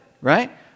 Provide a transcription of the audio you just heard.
right